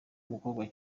umukobwa